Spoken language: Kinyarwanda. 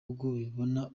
bibona